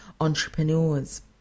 entrepreneurs